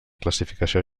classificació